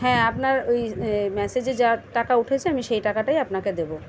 হ্যাঁ আপনার ওই মেসেজে যা টাকা উঠেছে আমি সেই টাকাটাই আপনাকে দেবো